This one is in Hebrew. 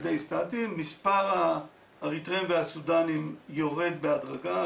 מספר האריתריאים והסודנים יורד בהדרגה.